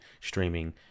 streaming